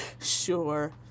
Sure